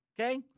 okay